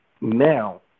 now